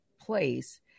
place